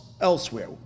elsewhere